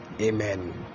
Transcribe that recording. amen